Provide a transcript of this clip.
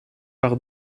par